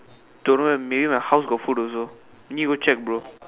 don't know eh maybe my house got food also need to go check bro